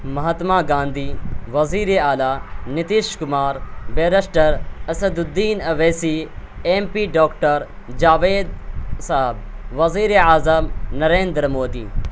مہاتما گاندھی وزیر اعلیٰ Nitish Kumar barrister Asaduddin Owaisi M P doctor Javed صاحب وزیر اعظم نریندر مودی